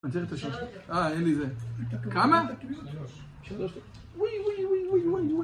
אה אין לי זה. כמה? ווי ווי ווי ווי